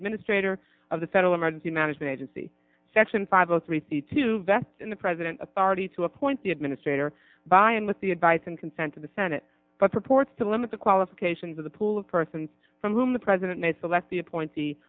administrator of the federal emergency management agency section five zero three three two vet and the president authority to appoint the administrator by and with the advice and consent of the senate but purports to limit the qualifications of the pool of persons from whom the president may select the appointee